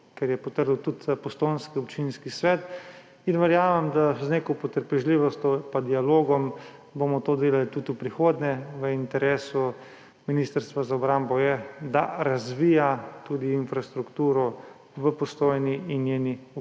kar je potrdil tudi postojnski občinski svet, in verjamem, da bomo z neko potrpežljivostjo pa dialogom to delali tudi v prihodnje. V interesu Ministrstva za obrambo je, da razvija tudi infrastrukturo v Postojni in njeni okolici,